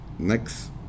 Next